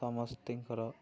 ସମସ୍ତେଙ୍କର